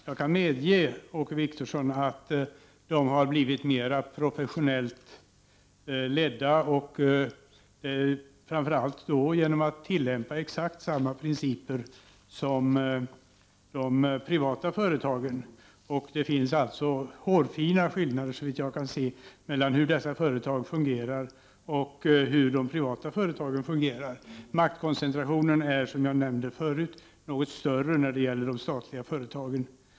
Jag kan medge, Åke Wictorsson, att de har blivit mera professionellt ledda, framför allt genom att tillämpa exakt samma principer som de privata företagen. Det är alltså hårfina skillnader, såvitt jag kan se, mellan hur dessa företag fungerar och hur de privata företagen fungerar. Maktkoncentrationen är, som jag nämnde förut, något större när det gäller de statliga företagen.